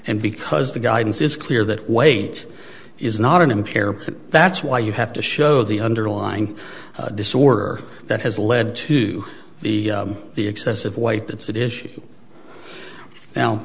and because the guidance is clear that weight is not an impair that's why you have to show the underlying disorder that has led to the the excessive wait that's at issue now